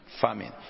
Famine